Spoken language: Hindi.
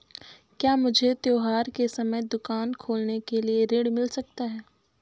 क्या मुझे त्योहार के समय दुकान खोलने के लिए ऋण मिल सकता है?